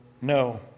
no